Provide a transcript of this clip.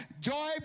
joy